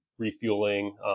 refueling